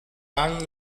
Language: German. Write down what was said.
rang